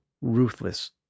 ruthless